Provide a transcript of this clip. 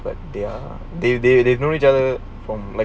but they're they they they know each other from like